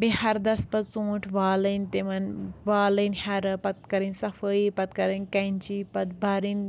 بیٚیہِ ہردَس پتہٕ ژوٗنٛٹھۍ والٕنۍ تِمن والٕنۍ ہرٕ پتہٕ کَرٕنۍ صفٲیی پتہٕ کَرٕنۍ کؠنچی پتہٕ بَرٕنۍ